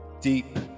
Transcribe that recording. deep